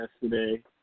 yesterday